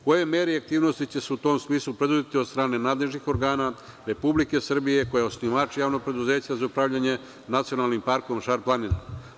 Koje mere i aktivnosti će se u tom smislu preduzeti od strane nadležnih organa Republike Srbije, koja je osnivač javnog preduzeća za upravljanje „Nacionalnim parkom Šar-planina“